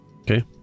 okay